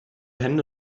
hände